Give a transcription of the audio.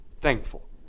thankful